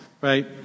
right